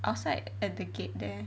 outside at the gate there